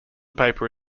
paper